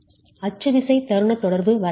அச்சு விசை தருண தொடர்பு வரைபடம்